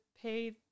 pay